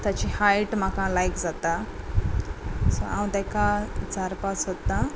ताची हायट म्हाका लायक जाता सो हांव ताका विचारपाक सोदतां